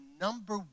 number